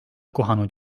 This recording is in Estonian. kohanud